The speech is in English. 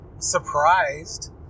surprised